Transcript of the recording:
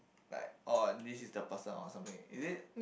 like oh this is the person or something is it